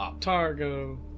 Targo